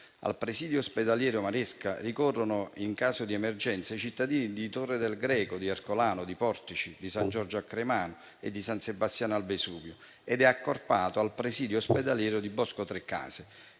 Al presidio ospedaliero Maresca ricorrono, in caso di emergenza, i cittadini di Torre del Greco, Ercolano, Portici, San Giorgio a Cremano e San Sebastiano al Vesuvio, ed è accorpato al presidio ospedaliero di Boscotrecase,